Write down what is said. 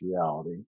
reality